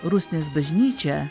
rusnės bažnyčia